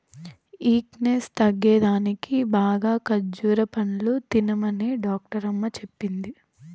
weakness తగ్గేదానికి బాగా ఖజ్జూర పండ్లు తినమనే డాక్టరమ్మ చెప్పింది